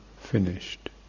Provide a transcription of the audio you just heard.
finished